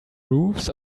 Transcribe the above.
roofs